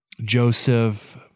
Joseph